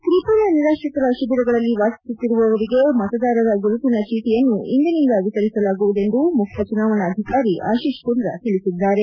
ತ್ರಿಪುರಾ ನಿರಾಶ್ರಿತರ ಶಿಬಿರಗಳಲ್ಲಿ ವಾಸಿಸುತ್ತಿರುವವರಿಗೆ ಮತದಾರರ ಗುರುತಿನ ಚೀಟಿಯನ್ನು ಇಂದಿನಿಂದ ವಿತರಿಸಲಗುವುದೆಂದು ಮುಖ್ಯ ಚುನಾವಣಾಧಿಕಾರಿ ಆಶಿಶ್ಕುಂದ್ರ ತಿಳಿಸಿದ್ದಾರೆ